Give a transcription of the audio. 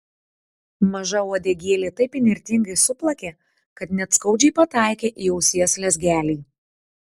maža uodegėlė taip įnirtingai suplakė kad net skaudžiai pataikė į ausies lezgelį